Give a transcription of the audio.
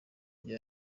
vya